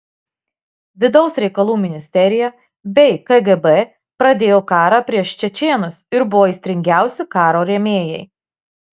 vidaus reikalų ministerija bei kgb pradėjo karą prieš čečėnus ir buvo aistringiausi karo rėmėjai